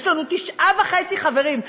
יש לנו תשעה וחצי חברים.